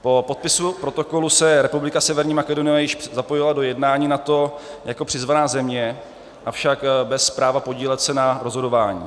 Po podpisu protokolu se Republika Severní Makedonie již zapojila do jednání NATO jako přizvaná země, avšak bez práva podílet se na rozhodování.